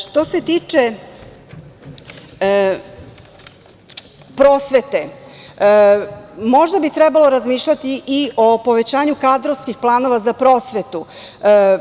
Što se tiče prosvete, možda bi trebalo razmišljati i povećanju kadrovskih planova za prosvetu.